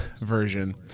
version